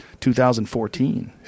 2014